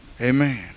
Amen